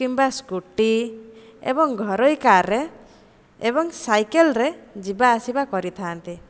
କିମ୍ବା ସ୍କୁଟି ଏବଂ ଘରୋଇ କାରରେ ଏବଂ ସାଇକେଲରେ ଯିବା ଆସିବା କରିଥା'ନ୍ତି